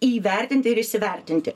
įvertinti ir įsivertinti